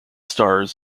stars